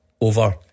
over